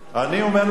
אני אומר לכם,